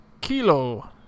Kilo